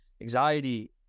anxiety